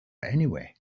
anyway